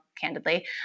candidly